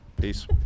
Peace